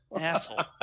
Asshole